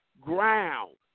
ground